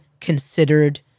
considered